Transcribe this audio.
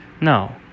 No